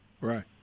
Right